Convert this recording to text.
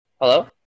Hello